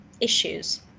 issues